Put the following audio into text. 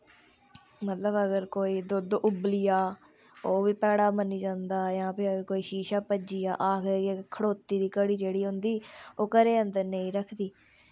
मतलव कि अगर कोई दुध्द उब्बली आ ओह्बी भैड़ा मन्नेआ जंदा जां फ्ही शीशा भज्जी आ आखदे खड़ोती दी घढ़ी जेह्ड़ी होंदी ओह् घरै अन्दर नेईं रखदी